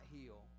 heal